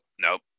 nope